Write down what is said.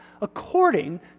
according